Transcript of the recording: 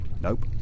Nope